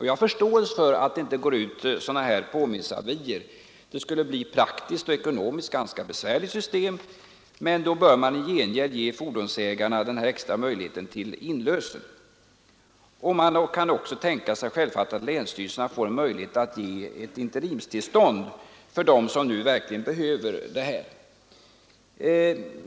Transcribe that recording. Jag har förståelse för att det inte sänds ut sådana påminnelseavier — det skulle praktiskt och ekonomiskt sett bli ett ganska besvärligt system. Men då bör man i gengäld ge fordonsägarna den här extra möjligheten till inlösen. Det kan självfallet också tänkas att länsstyrelserna får möjlighet att ge ett interimstillstånd för dem som verkligen behöver köra bil.